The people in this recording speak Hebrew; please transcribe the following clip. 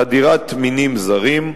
חדירת מינים זרים,